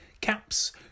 CAPS